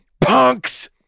punks